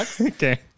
Okay